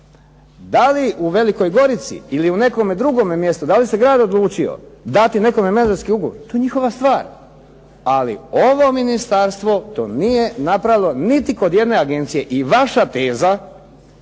Da li u Velikoj Gorici ili u nekome drugome mjestu, da li se grad odlučio dati nekome menadžerski ugovor to je njihova stvar, ali ovo Ministarstvo to nije napravilo niti kod jedne agencije i vaša teza